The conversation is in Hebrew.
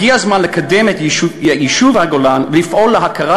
הגיע הזמן לקדם את יישוב הגולן ולפעול להכרה